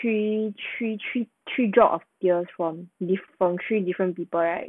three three three three drop of tears from this from three different people right